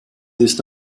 ist